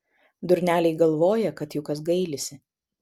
durneliai galvoja kad jų kas gailisi